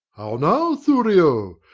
how now, thurio!